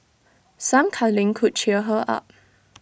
some cuddling could cheer her up